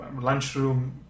lunchroom